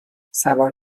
سوار